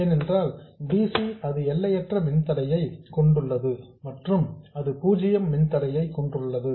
ஏனென்றால் dc இது எல்லையற்ற மின்தடையை கொண்டுள்ளது மற்றும் இது பூஜ்ஜியம் மின்தடையை கொண்டுள்ளது